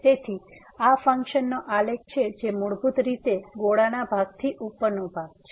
તેથી આ ફંક્શનનો આલેખ છે જે મૂળભૂત રીતે ગોળાના ભાગથી ઉપરનો ભાગ છે